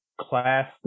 class